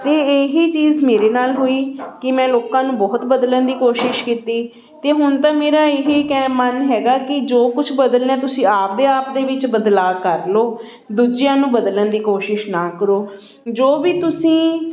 ਅਤੇ ਇਹੀ ਚੀਜ਼ ਮੇਰੇ ਨਾਲ ਹੋਈ ਕਿ ਮੈਂ ਲੋਕਾਂ ਨੂੰ ਬਹੁਤ ਬਦਲਣ ਦੀ ਕੋਸ਼ਿਸ਼ ਕੀਤੀ ਅਤੇ ਹੁਣ ਤਾਂ ਮੇਰਾ ਇਹ ਕੇ ਮਨ ਹੈਗਾ ਕਿ ਜੋ ਕੁਛ ਬਦਲਣਾ ਤੁਸੀਂ ਆਪਦੇ ਆਪ ਦੇ ਵਿੱਚ ਬਦਲਾਅ ਕਰ ਲਉ ਦੂਜਿਆਂ ਨੂੰ ਬਦਲਣ ਦੀ ਕੋਸ਼ਿਸ਼ ਨਾ ਕਰੋ ਜੋ ਵੀ ਤੁਸੀਂ